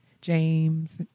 james